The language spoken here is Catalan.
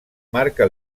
marca